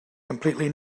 completely